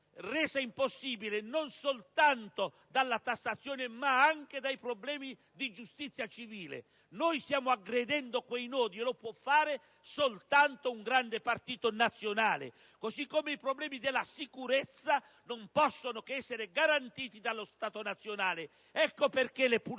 resa impossibile non soltanto dalla tassazione, ma anche dai problemi di giustizia civile. Stiamo aggredendo quei nodi e lo può fare soltanto un grande Partito nazionale; così come i problemi della sicurezza non possono che essere garantiti dallo Stato nazionale. Ecco perché le pulsioni